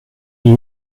ehe